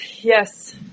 Yes